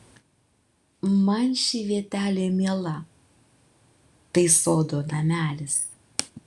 man ši vietelė miela tai sodo namelis